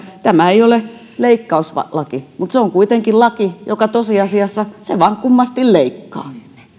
tämä ei ole leikkauslaki mutta se on kuitenkin laki joka tosiasiassa vain kummasti leikkaa